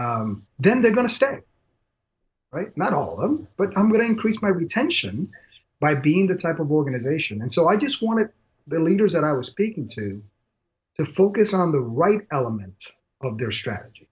then they're going to step right not all but i'm going to increase my retention by being the type of organization and so i just wanted the leaders that i was speaking to to focus on the right element of their strategy